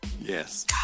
Yes